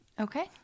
Okay